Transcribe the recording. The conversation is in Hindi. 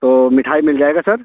तो मिठाई मिल जाएगा सर